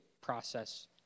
process